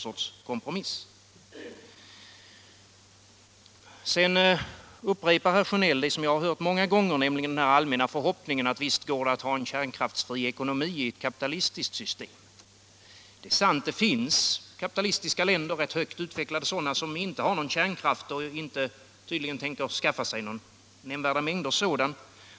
Herr Sjönell upprepar det jag har hört många gånger, nämligen den allmänna förhoppningen att visst går det att ha en kärnkraftsfri ekonomi i ett kapitalistiskt system. Detta är sant, det finns rätt högt utvecklade kapitalistiska länder som inte har kärnkraft och som tydligen inte tänker skaffa nämnvärda mängder sådan.